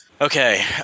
Okay